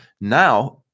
Now